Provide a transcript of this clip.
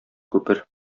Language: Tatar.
күпер